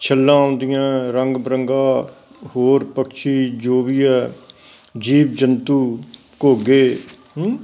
ਛੱਲਾਂ ਆਉਂਦੀਆਂ ਰੰਗ ਬਰੰਗਾਂ ਹੋਰ ਪਕਸ਼ੀ ਜੋ ਵੀ ਆ ਜੀਵ ਜੰਤੂ ਘੋਗੇ